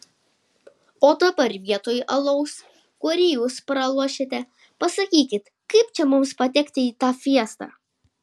o dabar vietoj alaus kurį jūs pralošėte pasakykit kaip čia mums patekti į tą fiestą